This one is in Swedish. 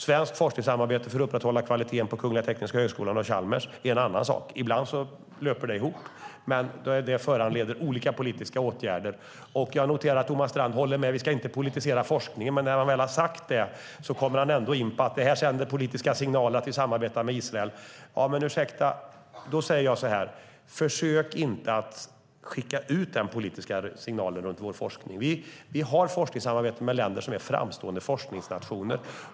Svenskt forskningssamarbete för att upprätthålla kvaliteten på Kungliga Tekniska högskolan och Chalmers är en annan sak. Ibland löper dessa saker ihop. Men det föranleder olika politiska åtgärder. Jag håller med Thomas Strand om att vi inte ska politisera forskningen. Men när han väl har sagt det kommer han ändå in på att detta sänder politiska signaler om att vi samarbetar med Israel. Ursäkta, men då säger jag följande: Försök inte skicka ut denna politiska signal om vår forskning. Vi har forskningssamarbete med länder som är framstående forskningsnationer.